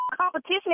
competition